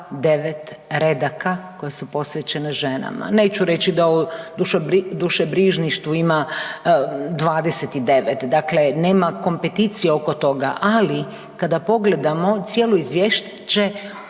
9 redaka koje su posvećene žena. Neću reći da o dušebrižništvu ima 29, dakle, nema kompeticije oko toga, ali kada pogledamo cijelo izvješće